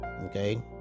okay